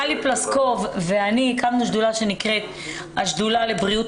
טלי פלוסקוב ואני הקמנו שדולה שנקראת 'השדולה לבריאות